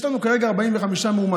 יש לנו כרגע 45 מאומתים,